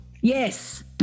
Yes